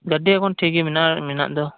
ᱜᱟᱹᱰᱤ ᱮᱠᱷᱚᱱ ᱴᱷᱤᱠ ᱜᱮ ᱢᱮᱱᱟᱜᱼᱟ ᱢᱮᱱᱟᱜ ᱫᱚ